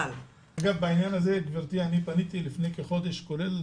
אגב, בעניין הזה, גברתי, פניתי לפני כחודש, כולל